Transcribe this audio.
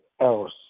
else